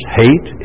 hate